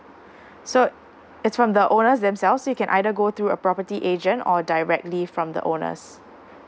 so it's from the owners themselves so you can either go thru a property agent or directly from the owners